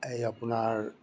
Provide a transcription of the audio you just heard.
এই আপোনাৰ